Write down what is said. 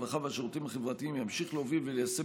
הרווחה והשירותים החברתיים ימשיך להוביל וליישם